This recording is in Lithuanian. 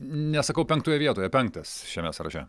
nesakau penktoje vietoje penktas šiame sąraše